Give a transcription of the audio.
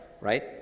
right